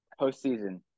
postseason